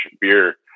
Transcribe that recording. beer